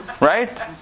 Right